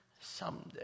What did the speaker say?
someday